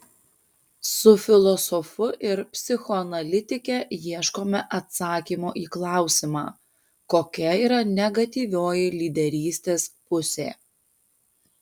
su filosofu ir psichoanalitike ieškome atsakymo į klausimą kokia yra negatyvioji lyderystės pusė